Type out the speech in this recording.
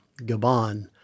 Gabon